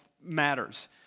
matters